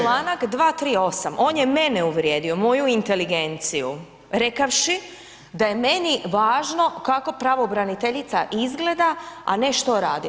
Članak 238. on je mene uvrijedio, moju inteligenciju rekavši da je meni važno kako pravobraniteljica izgleda, a ne što radi.